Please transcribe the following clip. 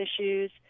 issues